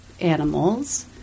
animals